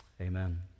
Amen